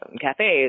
cafes